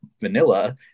vanilla